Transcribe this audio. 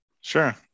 Sure